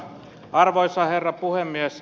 arvoisa herra puhemies